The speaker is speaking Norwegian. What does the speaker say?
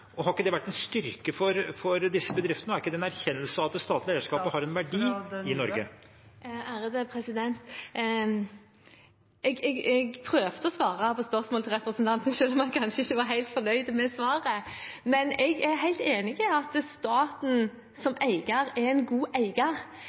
Har ikke det vært en styrke for disse bedriftene? Er ikke det en erkjennelse av at det statlige eierskapet har en verdi i Norge? Jeg prøvde å svare på spørsmålet til representanten, selv om han kanskje ikke var helt fornøyd med svaret. Men jeg er helt enig i at staten som eier er en god eier. Det er også det som er målet vårt: å opptre som